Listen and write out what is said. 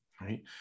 Right